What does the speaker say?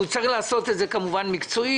הוא צריך לעשות את זה כמובן מקצועית,